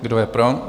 Kdo je pro?